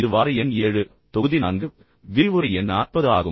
இது வார எண் 7 தொகுதி 4 விரிவுரை எண் 40 ஆகும்